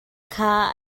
kha